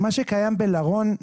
מה שקיים בלרון,